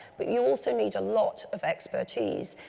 but you also need a lot of expertise,